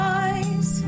eyes